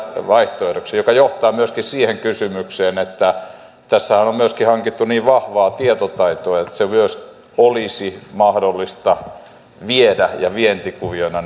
vaihtoehdoksi tämä johtaa myöskin siihen kysymykseen että tässähän on on myös hankittu niin vahvaa tietotaitoa että se myös olisi mahdollista viedä ja vientikuviona